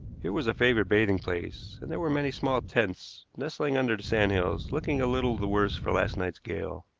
here was a favorite bathing place, and there were many small tents nestling under the sandhills, looking a little the worse for last night's gale.